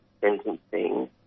sentencing